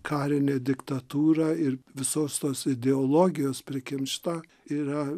karinė diktatūra ir visos tos ideologijos prikimšta yra